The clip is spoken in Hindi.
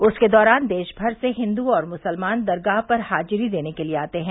उर्स के दोरान देशमर से हिंदू और मुसलमान दरगाह पर हाजिरी देने के लिए आते हैं